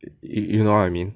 you know what I mean